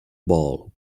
ball